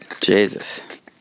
Jesus